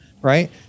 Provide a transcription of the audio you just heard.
Right